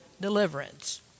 deliverance